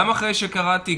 גם אחרי שקראתי,